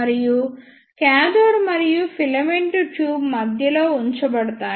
మరియు కాథోడ్ మరియు filament tube మధ్యలో ఉంచబడతాయి